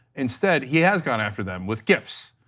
instead he has gone after them with gifts.